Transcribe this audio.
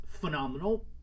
phenomenal